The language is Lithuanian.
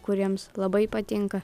kuriems labai patinka